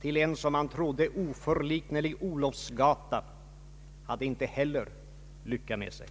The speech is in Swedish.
till en, som man trodde, oförliknelig Olofsgata hade inte heller lycka med sig.